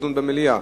לדון במליאה.